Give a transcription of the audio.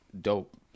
dope